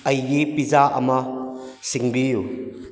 ꯑꯩꯒꯤ ꯄꯤꯖꯥ ꯑꯃ ꯁꯤꯡꯕꯤꯌꯨ